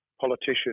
politician